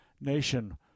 nation